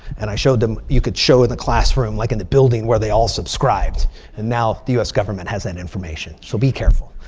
and i showed them you could show in the classroom like in the building where they all subscribed. and now the us government has that and information. so be careful,